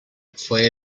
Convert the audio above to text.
fue